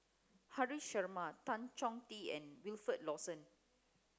Haresh Sharma Tan Chong Tee and Wilfed Lawson